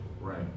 Right